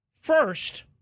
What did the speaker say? First